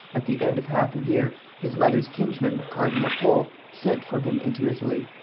at the end of half a year, his mother's kinsman, cardinal pole, sent for him into italy.